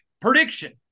prediction